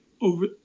over